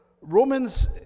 Romans